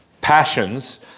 passions